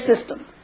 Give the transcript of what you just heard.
system